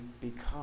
become